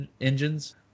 engines